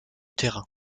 terrain